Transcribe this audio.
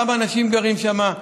כמה אנשים גרים שם,